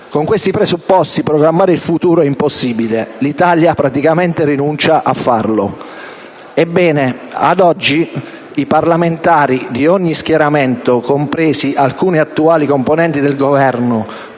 Con questi presupposti programmare il futuro è impossibile. L'Italia, praticamente, rinuncia a farlo. Ebbene, ad oggi, i parlamentari di ogni schieramento, compresi alcuni attuali componenti del Governo,